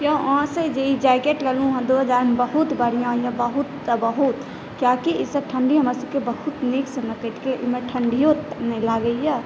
यौ अहाँसॅं ई जे जैकेट लेलहुॅं हँ दू हज़ारमे बहुत बढ़िआँ यऽ बहुत तऽ बहुत कियाकी ईसभ ठंढी हमरासभके बहुत नीकसॅं काटि गेल एहिमे ठंढ़ियो नहि लागै यऽ